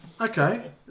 Okay